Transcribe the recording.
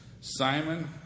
Simon